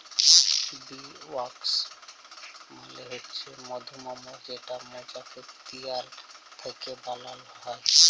bee wax মালে হছে মধুমম যেটা মচাকের দিয়াল থ্যাইকে বালাল হ্যয়